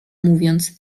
mówiąc